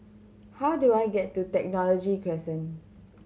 how do I get to Technology Crescent